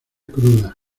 cruda